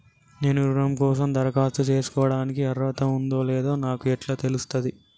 నేను రుణం కోసం దరఖాస్తు చేసుకోవడానికి అర్హత ఉందో లేదో నాకు ఎట్లా తెలుస్తది?